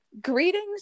greetings